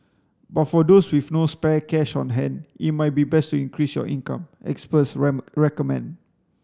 but for those with no spare cash on hand it might be best to increase your income experts recommend